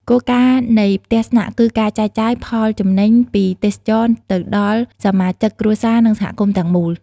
គោលការណ៍នៃផ្ទះស្នាក់គឺការចែកចាយ ផលចំណេញ ពីទេសចរណ៍ទៅដល់សមាជិកគ្រួសារ និងសហគមន៍ទាំងមូល។